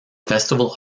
festival